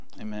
Amen